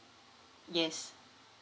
yes